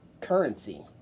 currency